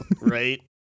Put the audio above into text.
right